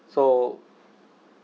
so